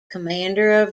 commander